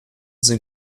sind